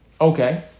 okay